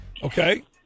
Okay